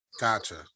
Gotcha